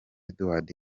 edouard